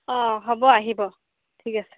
অ হ'ব আহিব ঠিক আছে